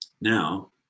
Now